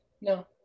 No